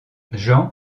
jean